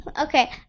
Okay